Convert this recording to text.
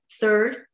Third